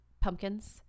pumpkins